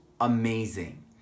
amazing